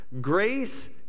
grace